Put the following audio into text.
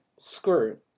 Screw